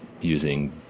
using